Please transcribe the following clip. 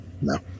No